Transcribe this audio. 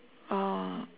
uh